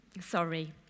Sorry